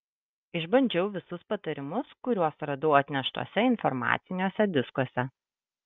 išbandžiau visus patarimus kuriuos radau atneštuose informaciniuose diskuose